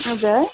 हजुर